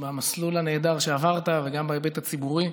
במסלול הנהדר שעברת, וגם בהיבט הציבורי.